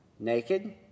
Naked